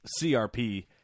CRP